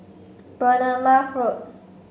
Bournemouth Road